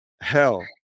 hell